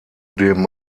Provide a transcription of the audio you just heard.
dem